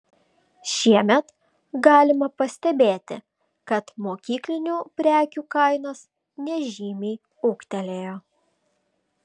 šiemet galima pastebėti kad mokyklinių prekių kainos nežymiai ūgtelėjo